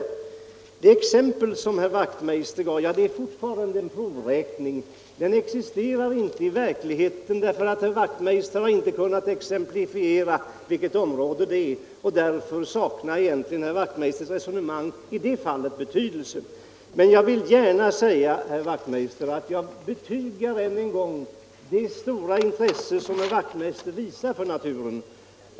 Lördagen den Det exempel som herr Wachtmeister gav — jag vet inte om det är 14 december 1974 en provräkning — existerar inte i verkligheten, eftersom herr Wacht meister inte har kunnat precisera vilket område det är. Därför saknar Ändringar i egentligen herr Wachtmeisters resonemang i det fallet betydelse. naturvårdslagen Men jag vill gärna än en gång betyga det stora intresse som herr Wacht — och skogsvårdsla meister visar för naturen.